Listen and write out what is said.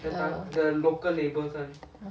err